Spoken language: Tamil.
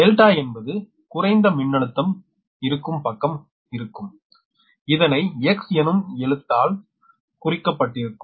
∆ என்பது குறைந்த மின்னழுத்தம் இருக்கும் பக்கம் இருக்கும் இதனை X எனும் எழுத்தால் குறிக்கப்பட்டிருக்கும்